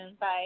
Bye